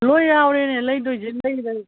ꯂꯣꯏ ꯌꯥꯎꯔꯦꯅꯦ ꯂꯩꯗꯣꯏꯁꯦ